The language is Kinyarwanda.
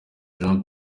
jean